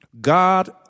God